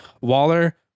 Waller